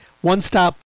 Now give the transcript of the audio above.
one-stop